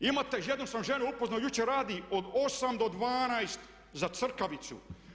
Imate, jednu sam ženu upoznao, jučer radi od 8 do 12 za crkavicu.